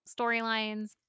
storylines